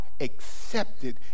accepted